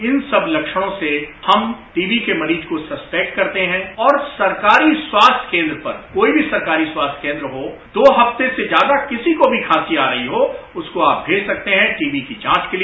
इन सब लक्ष्णों से हम टीबी के मरीज को सस्पेक्ट करते हैं और सरकारी स्वास्थ्य केन्द्र पर कोई भी सरकारी स्वास्थ्य केन्द्र हो दो हफ्ते से ज्यादा किसी को भी खांसी आ रही हो उसको आप भेज सकते हैं टीबी की जांच के लिए